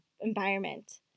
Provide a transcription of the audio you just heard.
environment